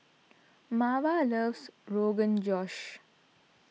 Marva loves Rogan Josh